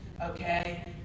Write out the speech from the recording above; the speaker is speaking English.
Okay